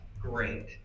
great